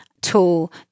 tool